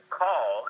call